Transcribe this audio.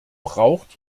braucht